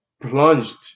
plunged